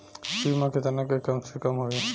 बीमा केतना के कम से कम होई?